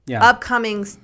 upcoming